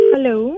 Hello